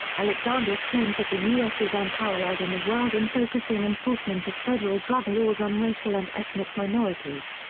alexander claims that the us is unparalleled in the world in focusing enforcement of federal drug laws on racial and ethnic minorities.